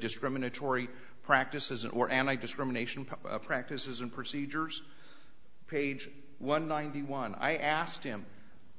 discriminatory practices and or and i discrimination practices and procedures page one ninety one i asked him